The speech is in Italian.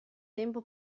tempo